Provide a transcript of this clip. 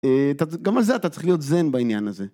גם על זה אתה צריך להיות זן בעניין הזה